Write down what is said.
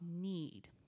need